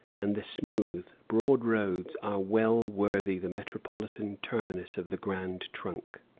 and the smooth, broad roads are well worthy the metropolitan terminus of the grand trunk.